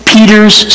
Peter's